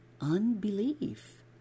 unbelief